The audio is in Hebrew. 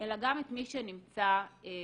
אלא גם את מי שנמצא סביבם.